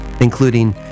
including